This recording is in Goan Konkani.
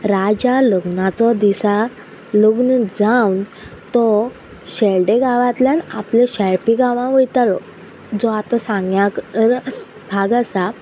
राजा लग्नाचो दिसा लग्न जावन तो शेल्डे गांवांतल्यान आपल्या शेळपी गांवांक वयतालो जो आतां सांग्या भाग आसा